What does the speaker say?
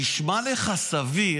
נשמע לך סביר?